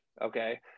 okay